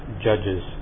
judges